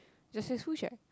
just says food shack